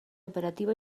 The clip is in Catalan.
operativa